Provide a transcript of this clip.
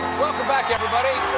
welcome back, everybody.